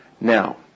Now